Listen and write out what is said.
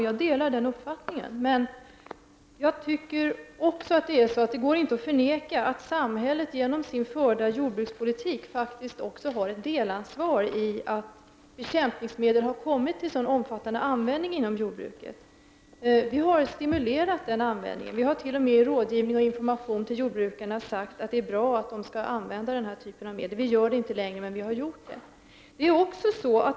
Jag delar den uppfattningen, men det går enligt min mening inte att förneka att samhället genom sin förda jordbrukspolitik faktiskt också har ett delansvar i att bekämpningsmedel har kommit till sådan omfattande användning inom jordbruket. Vi har stimulerat den användningen, vi har t.o.m. i rådgivning och information till jordbrukarna sagt att detta är bra, att de skall använda denna typ av medel. Vi gör det inte längre, men vi har gjort det.